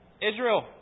Israel